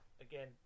again